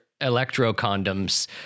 electro-condoms